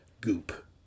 goop